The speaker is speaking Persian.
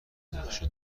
نقشه